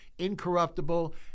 incorruptible